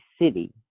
city